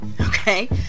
Okay